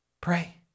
Pray